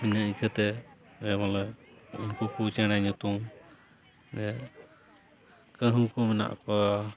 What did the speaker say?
ᱤᱱᱟᱹ ᱤᱱᱠᱟᱹ ᱛᱮ ᱡᱮ ᱵᱚᱞᱮ ᱩᱱᱠᱩ ᱠᱚ ᱪᱮᱬᱮ ᱧᱩᱛᱩᱢ ᱠᱟᱹᱦᱩ ᱠᱚ ᱢᱮᱱᱟᱜ ᱠᱚᱣᱟ